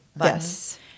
Yes